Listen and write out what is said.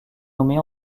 nommée